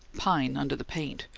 pine under the paint,